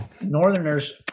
Northerners